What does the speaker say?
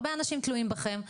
הרבה אנשים תלויים בכם.